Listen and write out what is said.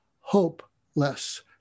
Hopeless